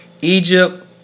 Egypt